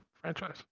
franchise